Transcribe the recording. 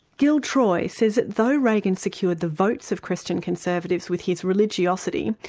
gil troy says that though reagan secured the votes of christian conservatives with his religiosity,